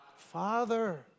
Father